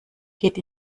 geht